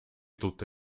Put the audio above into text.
tutte